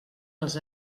els